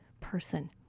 person